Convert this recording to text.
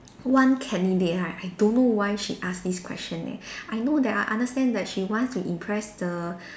one candidate right I don't know why she asked this question eh I know that I understand that she wants to impress the